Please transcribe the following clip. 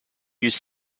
use